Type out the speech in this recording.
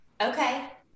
okay